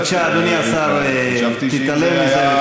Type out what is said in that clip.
אפשר להגיד, בבקשה, אדוני השר, תתעלם מזה.